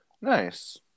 Nice